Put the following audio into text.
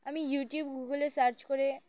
আমি ইউটিউব গুগলে সার্চ করে